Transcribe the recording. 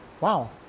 wow